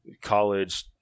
college